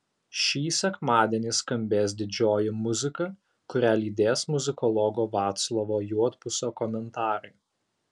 šį sekmadienį skambės didžioji muzika kurią lydės muzikologo vaclovo juodpusio komentarai